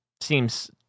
seems